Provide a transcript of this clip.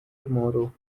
tomorrow